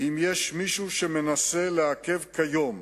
"אם יש מישהו שמנסה לעכב כיום